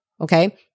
Okay